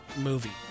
movie